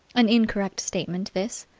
an incorrect statement this.